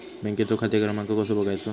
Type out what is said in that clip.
बँकेचो खाते क्रमांक कसो बगायचो?